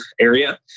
area